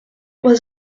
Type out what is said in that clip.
was